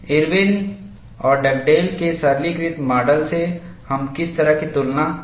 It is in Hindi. इरविनIrwin's और डगडेल के सरलीकृत माडल से हम किस तरह की तुलना कर सकते हैं